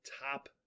top